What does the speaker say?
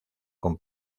con